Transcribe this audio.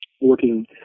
working